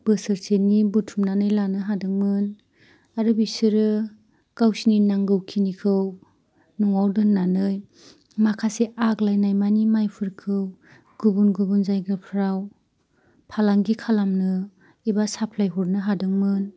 बोसोरसेनि बुथुमनानै लानो हादोंमोन आरो बिसोरो गावसोरनि नांगौखिनिखौ न'आव दोननानै माखासे आग्लायनाय माने माइफोरखौ गुबुन गुबुन जायगाफोराव फालांगि खालामनो एबा साप्लाय हरनो हादोंमोन